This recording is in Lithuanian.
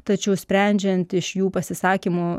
tačiau sprendžiant iš jų pasisakymo